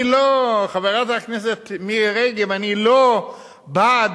חברת הכנסת מירי רגב, אני לא בעד